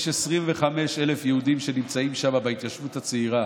יש 25,000 יהודים שנמצאים שם בהתיישבות הצעירה,